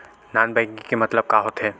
Non banking के मतलब का होथे?